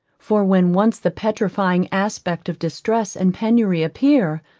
for when once the petrifying aspect of distress and penury appear,